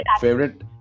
favorite